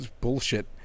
bullshit